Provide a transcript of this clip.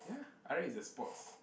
ya R-eight is a sports